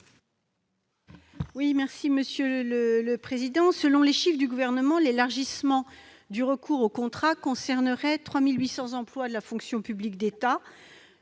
Laurence Cohen, sur l'article. Selon les chiffres du Gouvernement, l'élargissement du recours au contrat concernerait 3 800 emplois de la fonction publique de l'État,